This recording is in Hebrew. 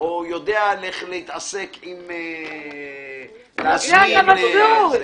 או יודע להתעסק עם --- יודע את המסלול.